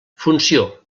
funció